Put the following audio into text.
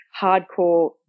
hardcore